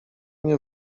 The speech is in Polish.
nie